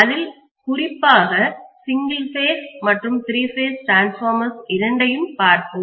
அதில் குறிப்பாக single phase மற்றும் த்ரீ பேஸ் டிரான்ஸ்பார்மர்ஸ் இரண்டையும் பார்ப்போம்